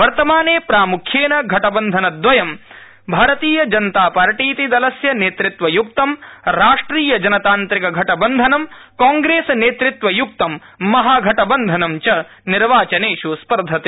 वर्तमाने प्राम्ख्येन घटबन्धनद्वयं भारतीय जनता पार्टीतिदलस्य नेतृतब्बय्क्तराष्ट्रिय जनतांत्रिक घटबन्धनं कांग्रेसनेतृत्वयूक्त महाघटबन्धनंच निर्वाचनेष् स्पर्धते